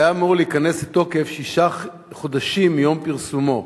והיה אמור להיכנס לתוקף שישה חודשים מיום פרסומו,